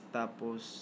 tapos